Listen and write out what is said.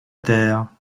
terre